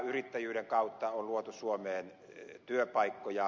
yrittäjyyden kautta on luotu suomeen työpaikkoja